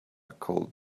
cold